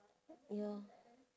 ya